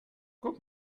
guck